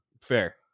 Fair